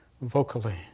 vocally